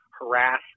harass